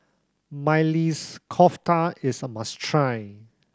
Maili's Kofta is a must try